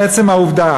עצם העובדה